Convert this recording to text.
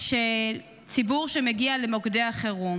של ציבור שמגיע למוקדי החירום.